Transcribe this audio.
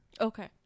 Okay